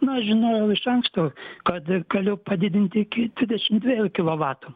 na aš žinojau iš anksto kad galiu padidinti iki dvidešim dviejų kilovatų